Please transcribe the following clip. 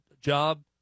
job